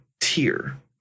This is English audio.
tier